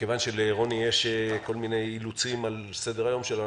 מכיוון שלרוני יש כל מיני אילוצים על סדר-היום שלו,